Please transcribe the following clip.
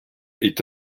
est